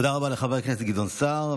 תודה רבה לחבר הכנסת גדעון סער.